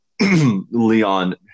Leon